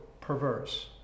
perverse